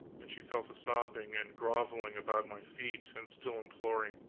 and she fell to sobbing and grovelling about my feet, and still imploring.